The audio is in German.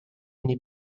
eine